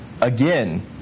again